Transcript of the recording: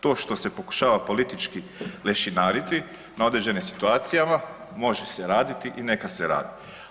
To što se pokušava politički lešinariti na određenim situacijama može se raditi i neka se radi.